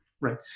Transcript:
right